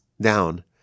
down